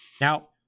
Now